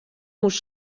moast